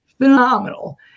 phenomenal